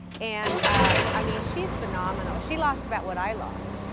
and ah i mean she's phenomenal. she lost about what i lost.